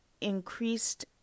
increased